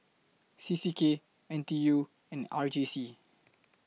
C C K N T U and R J C